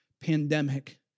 Pandemic